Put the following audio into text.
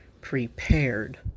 prepared